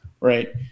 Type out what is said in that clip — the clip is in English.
right